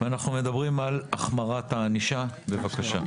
אנחנו מדברים על החמרת הענישה, בבקשה.